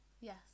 Yes